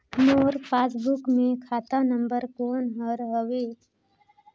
मोर passbook मे खाता number कोन हर हवे?